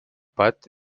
pat